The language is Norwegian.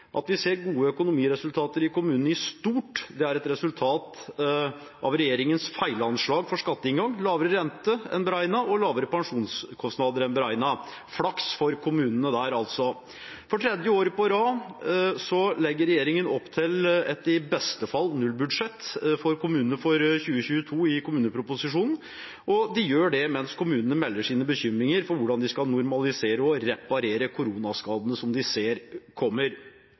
at vi ser gode økonomiresultater i kommunene i stort, er et resultat av regjeringens feilanslag for skatteinngang, lavere rente enn beregnet og lavere pensjonskostnader enn beregnet – flaks for kommunene der, altså. For tredje året på rad legger regjeringen opp til et i beste fall nullbudsjett for kommunene, i kommuneproposisjonen for 2022, og de gjør det mens kommunene melder sine bekymringer for hvordan de skal normalisere og reparere koronaskadene de ser kommer.